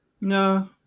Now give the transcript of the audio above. No